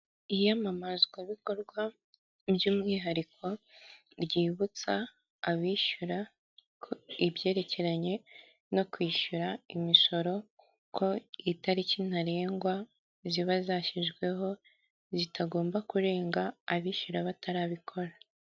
Iyamamazwabikorwa by'umwihariko ryibutsa abishyura ko ibyerekeranye no kwishyura imisoro ko itariki ntarengwa ziba zashyizweho zitagomba kurenga abishyura batarabikora.